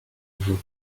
vous